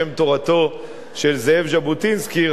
בשם תורתו של זאב ז'בוטינסקי,